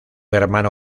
hermano